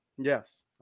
Yes